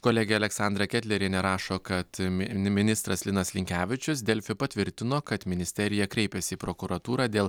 kolegė aleksandra ketlerienė rašo kad ministras linas linkevičius delfi patvirtino kad ministerija kreipėsi į prokuratūrą dėl